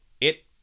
It